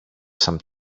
some